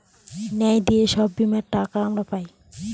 ন্যায় দিয়ে সব বীমার টাকা আমরা পায়